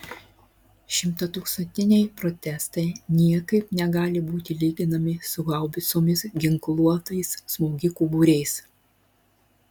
šimtatūkstantiniai protestai niekaip negali būti lyginami su haubicomis ginkluotais smogikų būriais